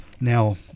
Now